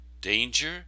danger